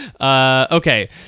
Okay